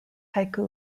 haiku